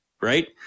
right